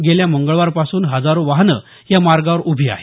गेल्या मंगळवारपासून शेकडो वाहनं या मार्गावर उभी आहेत